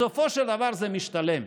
בסופו של דבר זה משתלם,